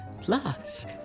Plus